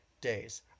days